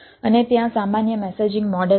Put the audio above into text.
અને ત્યાં સામાન્ય મેસેજિંગ મોડેલ છે